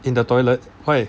in the toilet why